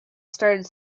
started